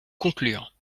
conclure